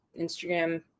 Instagram